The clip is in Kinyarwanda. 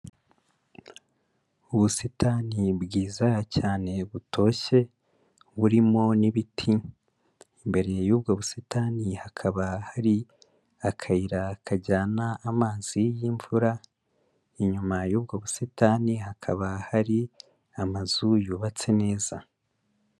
Ubusitani bwiza cyane butoshye burimo n'ibiti, imbere y'ubwo busitani hakaba hari akayira kajyana amazi y'imvura, inyuma y'ubwo busitani hakaba hari amazu yubatse neza.